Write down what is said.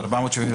למה על חשבונו?